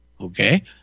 Okay